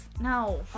No